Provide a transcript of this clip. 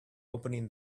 opening